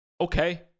Okay